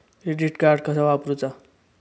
Credit card कसा वापरूचा?